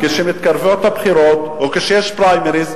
כשמתקרבות הבחירות או כשיש פריימריס,